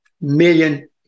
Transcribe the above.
million